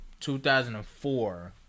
2004